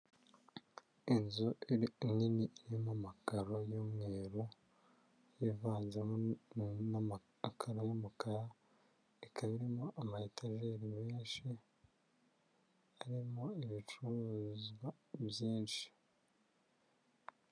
Inzu nini irimo amakaro y'umweru yivanzemo n'amakaro y'umukara ikaba irimo ama etejeri menshi arimo ibicuruzwa byinshi.